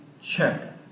check